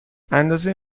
اندازه